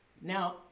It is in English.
Now